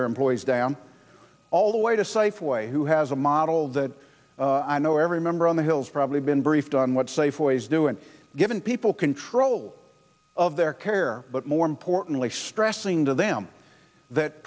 their employees down all the way to safeway who has a model that i know every member on the hills probably been briefed on what safe ways do and given people control of their care but more importantly stressing to them that